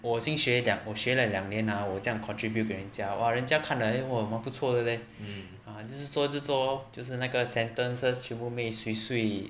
我新学讲我学了两年啊我这样 contribute 给人家 !wah! 人家看来 then 哇蛮不错的 leh 啊就是说就做 lor 就是那个 sentences 全部 make swee swee